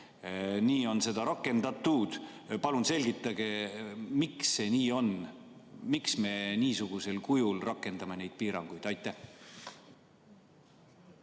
Nii on seda rakendatud. Palun selgitage, miks see nii on. Miks me niisugusel kujul rakendame neid piiranguid? Aitäh!